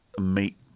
meat